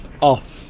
off